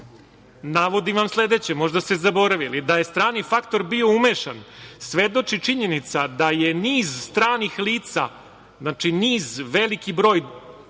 ta događanja. Možda ste zaboravili da je strani faktor bio umešan. Svedoči činjenica da je niz stranih lica, znači veliki broj,